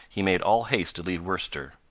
he made all haste to leave worcester.